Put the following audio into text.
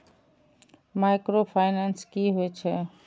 Micro finance कि होई छै?